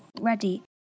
ready